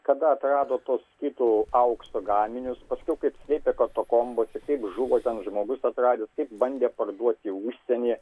kada atrado tuos skitų aukso gaminius paskiau kaip slėpė katakombose kaip žuvo ten žmogus atradęs kaip bandė parduoti užsienyje